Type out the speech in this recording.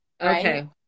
Okay